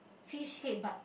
fish head but